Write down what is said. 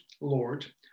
Lord